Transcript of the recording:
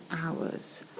hours